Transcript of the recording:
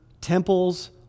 temples